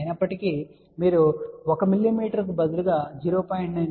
అయినప్పటికీ మీరు 1 mm బదులుగా 0